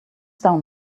down